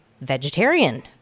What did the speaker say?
vegetarian